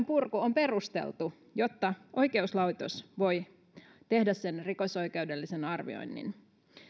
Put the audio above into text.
purku on perusteltu jotta oikeuslaitos voi tehdä sen rikosoikeudellisen arvioinnin